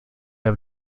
have